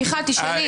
מיכל, תשאלי.